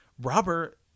Robert